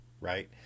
right